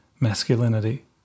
masculinity